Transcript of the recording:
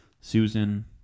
Susan